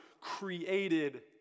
created